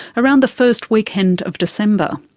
around the first weekend of december.